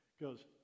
goes